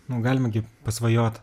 nu galima gi pasvajot